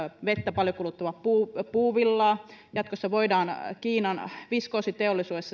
vettä paljon kuluttavaa puuvillaa puuvillaa ja jatkossa voidaan kiinan viskoositeollisuuden